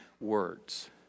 words